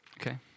Okay